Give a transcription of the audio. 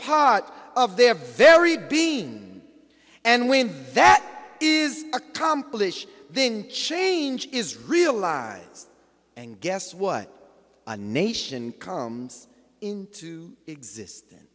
part of their very being and when that is accomplished then change is real lives and guess what a nation comes into exist